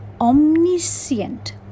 omniscient